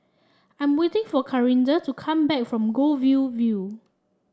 I'm waiting for Clarinda to come back from Goldview View